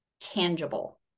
tangible